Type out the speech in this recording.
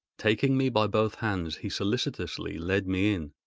taking me by both hands he solicitously led me in.